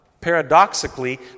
paradoxically